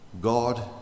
God